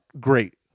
great